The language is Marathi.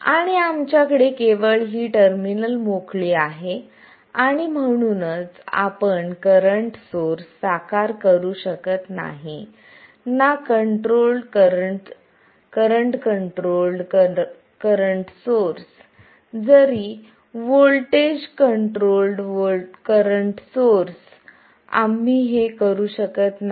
आणि आमच्याकडे केवळ ही टर्मिनल मोकळी आहे आणि म्हणूनच आपण करंट सोर्स साकार करू शकत नाही ना करंट कंट्रोल्ड करंट सोर्स जरी व्होल्टेज कंट्रोल्ड करंट सोर्स आम्ही हे करू शकत नाही